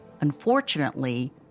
Unfortunately